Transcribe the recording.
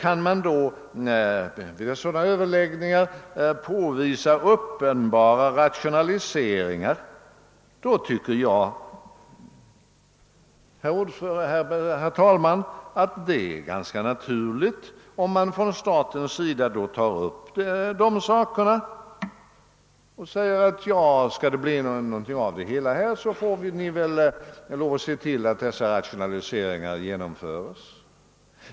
Kan man vid sådana överläggningar påvisa ett uppenbart behov av rationaliseringar tycker jag, herr talman, att det är ganska naturligt att staten tar upp sådana saker och säger ifrån att rationaliseringar måste genomföras, om det skall bli någonting av det hela.